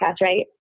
right